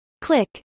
Click